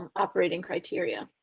operating criteria.